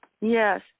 Yes